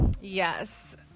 yes